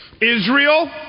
Israel